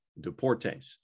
Deportes